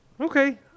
Okay